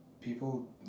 People